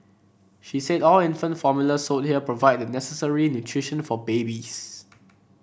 she said all infant formula sold here provide the necessary nutrition for babies